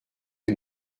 que